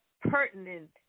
pertinent